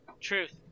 truth